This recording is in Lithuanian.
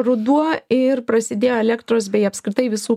ruduo ir prasidėjo elektros bei apskritai visų